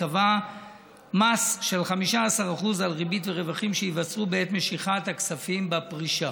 וקבע מס של 15% על ריבית ורווחים שייווצרו בעת משיכת הכספים בפרישה.